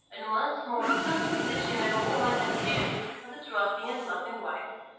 and once more assume the position of a woman, and the duties of a trusting and loving wife.